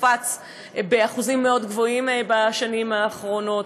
וקפץ באחוזים מאוד גבוהים בשנים האחרונות,